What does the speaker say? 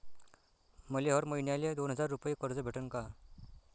मले हर मईन्याले हर दोन हजार रुपये कर्ज भेटन का?